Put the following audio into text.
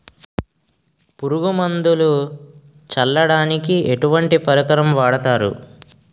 పురుగు మందులు చల్లడానికి ఎటువంటి పరికరం వాడతారు?